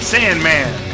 Sandman